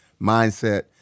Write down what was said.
mindset